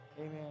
Amen